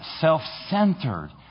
self-centered